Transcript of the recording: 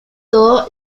todo